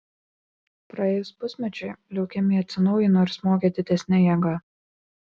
praėjus pusmečiui leukemija atsinaujino ir smogė didesne jėga